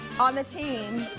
on the team.